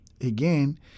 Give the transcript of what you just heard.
Again